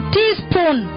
teaspoon